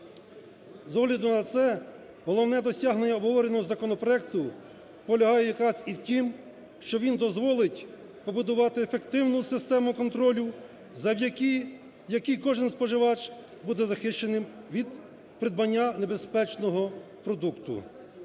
З огляду на це головне досягнення законопроекту полягає якраз і в тім, що він дозволить побудувати ефективну систему контролю, завдяки якій кожен споживач буде захищеним від придбання небезпечного продукту.